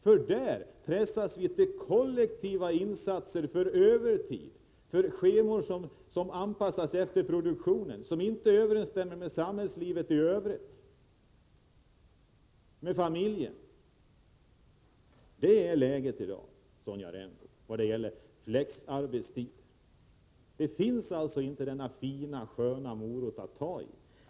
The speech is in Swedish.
Där pressas vi till kollektiva insatser på övertid, enligt scheman som anpassas efter produktionen, som inte överensstämmer med samhällslivet i övrigt och inte med familjen. Det är läget i dag, Sonja Rembo, vad gäller flextiden. Denna fina morot finns alltså inte.